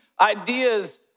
ideas